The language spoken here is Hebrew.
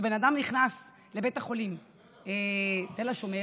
כשבן אדם נכנס לבית החולים תל השומר,